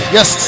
Yes